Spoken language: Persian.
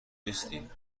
نیستیم